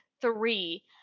three